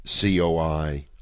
COI